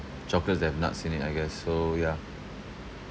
chocolates that have nuts in it I guess so yeah